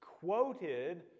quoted